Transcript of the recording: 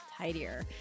tidier